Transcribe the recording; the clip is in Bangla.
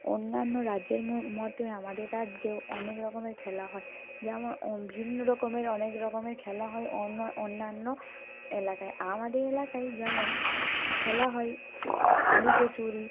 অন্যান্য রাজ্যের মতোই আমাদের রাজ্যেও অনেক রকমের খেলা হয় যেমন ভিন্ন রকমের অনেক রকমের খেলা হয় অন্য অন্যান্য এলাকায় আমাদের এলাকায় যেমন খেলা হয় লুকোচুরি